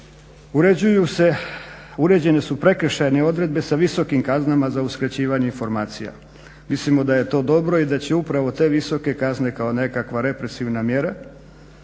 uređene su prekršajne odredbe sa visokim kaznama za uskraćivanju informacija. Mislimo da je to dobro i da će upravo te visoke kazne kao nekakva represivna mjera